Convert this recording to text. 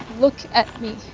look at me.